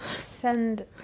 send